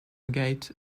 gate